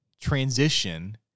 transition